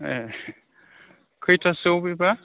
ए खैथासोआव बेबा